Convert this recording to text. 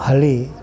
ಹಳ್ಳಿ